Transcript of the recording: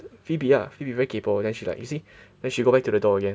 Phoebe ah Phoebe very kaypoh then she like you see then she go back to the door again